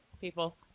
people